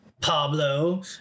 Pablo